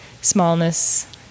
smallness